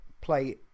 play